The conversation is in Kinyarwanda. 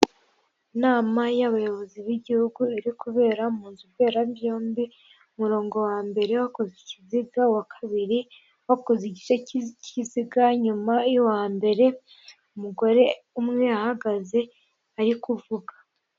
Umuntu wicaye akaba ari umu mama, akaba afite ibikoresho by'irangururamajwi imbere ye, hakaba hari n'ibindi bikoresho by'ikoranabuhanga ndetse inyuma ye hakaba hari idarapo ry'u Rwanda.